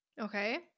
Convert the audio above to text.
Okay